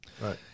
right